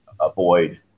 avoid